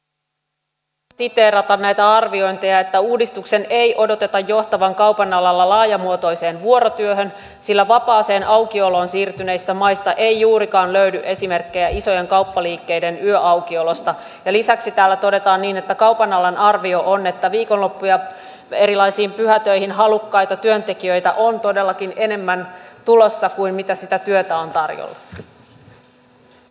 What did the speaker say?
niin vielä tässä haluan siteerata näitä arviointeja että uudistuksen ei odoteta johtavan kaupan alalla laajamuotoiseen vuorotyöhön sillä vapaaseen aukioloon siirtyneistä maista ei juurikaan löydy esimerkkejä isojen kauppaliikkeiden yöaukiolosta ja lisäksi täällä todetaan niin että kaupan alan arvio on että viikonloppu ja erilaisiin pyhätöihin halukkaita työntekijöitä on todellakin enemmän tulossa kuin mitä sitä työtä on tarjolla